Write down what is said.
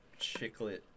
chiclet